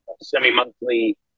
semi-monthly